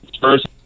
first